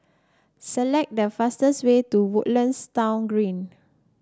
select the fastest way to Woodlands Town Garden